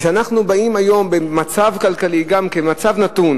וכשאנחנו באים היום במצב כלכלי, גם כן במצב נתון